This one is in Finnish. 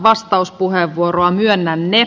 myönnän ne